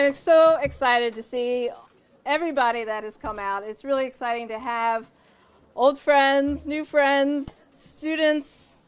and so excited to see everybody that has come out. it's really exciting to have old friends, new friends, students,